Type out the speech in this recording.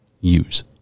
use